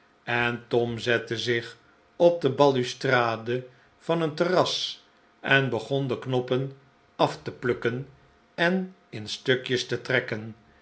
en tom zette zieh op de balustrade van een terras en begon de knoppen af te plukken en in stukjes te trekken